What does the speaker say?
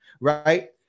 right